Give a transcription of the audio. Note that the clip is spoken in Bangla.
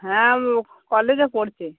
হ্যাঁ কলেজে পড়ছে